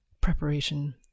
preparation